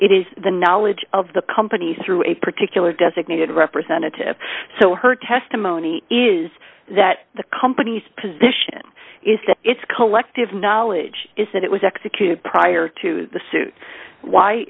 it is the knowledge of the companies through a particular designated representative so her testimony is that the company's position is that it's collective knowledge is that it was executed prior to the suit why